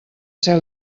ser